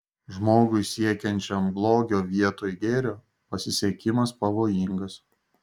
žmogui siekiančiam blogio vietoj gėrio pasisekimas pavojingas